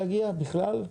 בזמן שהם בצה"ל,